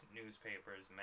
newspapers